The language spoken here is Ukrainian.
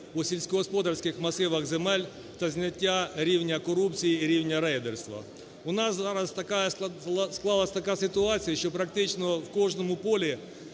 у сільськогосподарських масивах земель та зняття рівня корупції і рівня рейдерства. У нас зараз склалась така ситуація, що практично в кожному полі